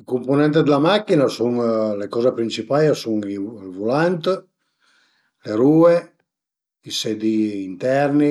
I cumpunent d'la machina a sun, le coze principai a sun ël vulant, le rue, i sedi-i interni,